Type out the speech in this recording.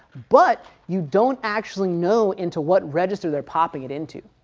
but you don't actually know into what register they're popping it into.